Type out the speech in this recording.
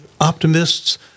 optimists